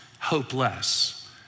hopeless